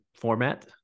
Format